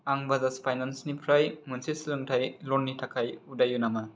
आं बाजाज फाइनेन्सनिफ्राय मोनसे सोलोंथाइ ल'ननि थाखाय उदायो नामा